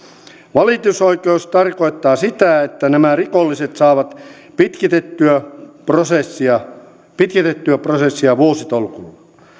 valitusoikeus tarkoittaa sitä että nämä rikolliset saavat pitkitettyä prosessia pitkitettyä prosessia vuositolkulla